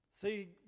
See